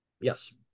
Yes